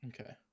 Okay